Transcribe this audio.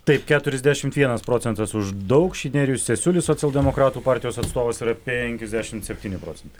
taip keturiasdešimt vienas procentas už daukšį nerijus jasiulis socialdemokratų partijos atstovas yra penkiasdešimt septyni procentai